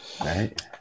Right